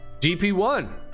gp1